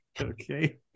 Okay